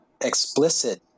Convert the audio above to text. explicit